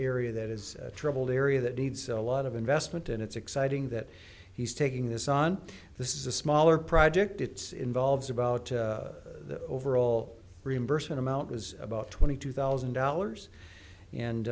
area that is troubled area that needs a lot of investment and it's exciting that he's taking this on this is a smaller project it's involves about the overall reimbursement amount was about twenty two thousand dollars and